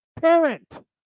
parent